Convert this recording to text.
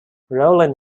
rowland